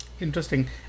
interesting